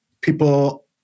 people